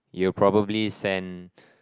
you will probably send